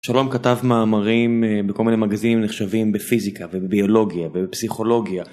שלום כתב מאמרים בכל מיני מגזינים נחשבים בפיזיקה ובביולוגיה ובפסיכולוגיה.